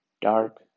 dark